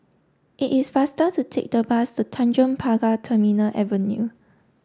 it is faster to take the bus to Tanjong Pagar Terminal Avenue